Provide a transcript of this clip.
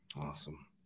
Awesome